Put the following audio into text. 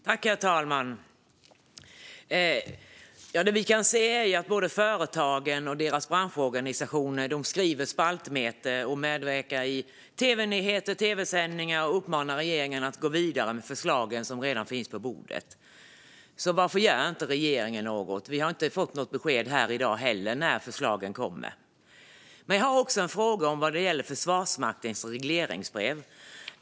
Herr talman! Det vi kan se är att både företagen och deras branschorganisationer skriver spaltmeter och medverkar i tv-nyheter och tv-sändningar där de uppmanar regeringen att gå vidare med förslagen som redan ligger på bordet. Varför gör alltså regeringen inget? Vi har inte fått något besked här i dag heller om när förslagen kommer. Jag har också en fråga vad gäller Försvarsmaktens regleringsbrev.